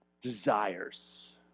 desires